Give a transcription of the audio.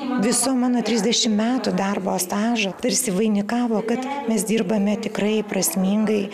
viso mano trisdešim metų darbo stažo tarsi vainikavo kad mes dirbame tikrai prasmingai